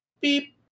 beep